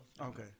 Okay